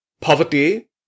Poverty